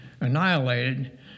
annihilated